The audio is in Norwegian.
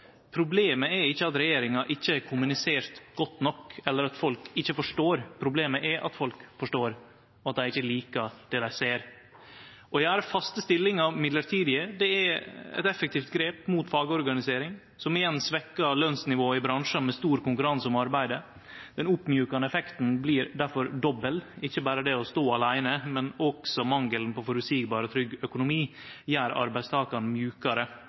Problemet er ikkje at regjeringa ikkje har kommunisert godt nok, eller at folk ikkje forstår. Problemet er at folk forstår, og at dei ikkje likar det dei ser. Å gjere faste stillingar mellombelse er eit effektivt grep mot fagorganisering, som igjen svekkjer lønsnivået i bransjar med stor konkurranse om arbeidet. Den oppmjukande effekten blir derfor dobbel – ikkje berre det å stå aleine, men også mangelen på ein føreseieleg og trygg økonomi, gjer arbeidstakarane mjukare